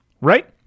Right